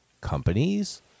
companies